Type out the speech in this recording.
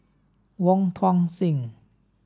Wong Tuang Seng